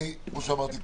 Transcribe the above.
כמו שאמרתי קודם,